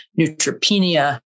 neutropenia